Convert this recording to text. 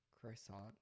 croissant